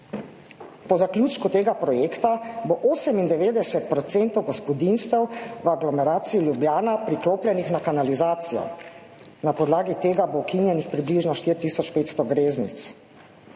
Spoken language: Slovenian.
po zaključku tega projekta bo 98 % gospodinjstev v aglomeraciji Ljubljana priklopljenih na kanalizacijo, na podlagi tega bo ukinjenih približno 4 tisoč 500 greznic.